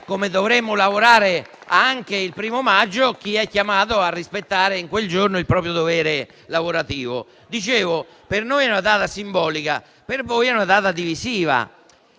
come dovrebbe lavorare anche il 1° maggio chi è chiamato a rispettare in quel giorno il proprio dovere lavorativo. Per noi quindi è una data simbolica, mentre per voi è divisiva.